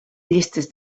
llistes